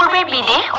um me me me